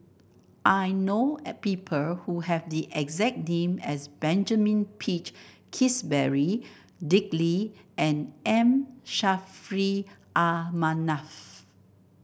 I know a people who have the exact name as Benjamin Peach Keasberry Dick Lee and M Saffri Ah Manaf